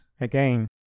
again